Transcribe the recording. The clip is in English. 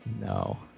No